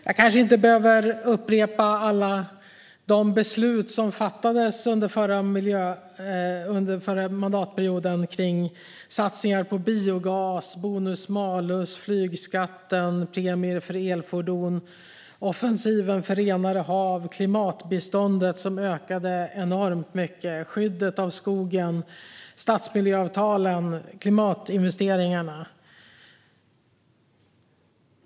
Jag kanske inte behöver räkna upp alla de beslut som fattades under förra mandatperioden när det gäller satsningar på biogas, bonus-malus, flygskatt, premier för elfordon, offensiven för renare hav, klimatbiståndet, som ökade enormt mycket, skyddet av skogen, stadsmiljöavtalen och klimatinvesteringarna.